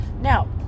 Now